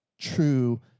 true